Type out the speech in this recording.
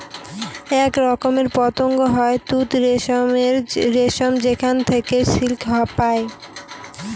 এক রকমের পতঙ্গ হয় তুত রেশম যেখানে থেকে সিল্ক পায়